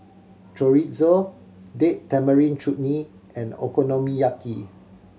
Chorizo Date Tamarind Chutney and Okonomiyaki